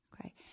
Okay